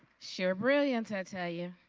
sheer brilliance, i tell you.